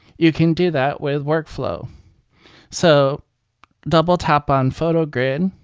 you can do that with workflow so double tap on photogrid